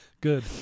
Good